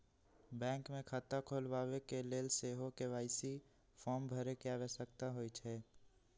bank मे खता खोलबाबेके लेल सेहो के.वाई.सी फॉर्म भरे के आवश्यकता होइ छै